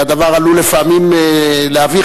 והדבר עלול לפעמים להביך.